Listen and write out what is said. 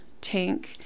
tank